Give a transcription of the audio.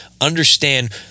understand